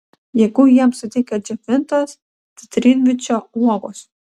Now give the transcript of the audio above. jėgų jiems suteikia džiovintos citrinvyčio uogos